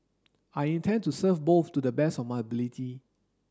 I intend to serve both to the best of my ability